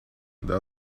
that